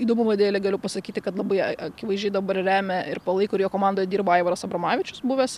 įdomumo dėlei galiu pasakyti kad labai akivaizdžiai dabar remia ir palaiko ir jo komandoje dirba aivaras abromavičius buvęs